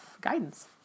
guidance